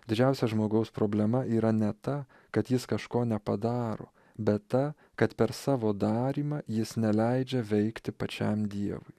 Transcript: didžiausia žmogaus problema yra ne ta kad jis kažko nepadaro bet ta kad per savo darymą jis neleidžia veikti pačiam dievui